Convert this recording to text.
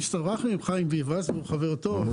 הסתבכתי עם חיים ביבס שהוא חבר טוב.